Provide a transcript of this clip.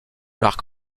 marque